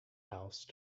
house